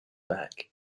back